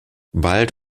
bald